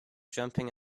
jumping